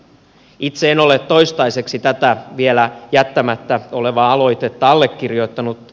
itse en ole toistaiseksi tätä vielä jättämättä olevaa aloitetta allekirjoittanut